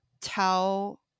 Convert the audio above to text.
tell